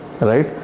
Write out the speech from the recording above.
Right